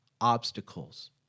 obstacles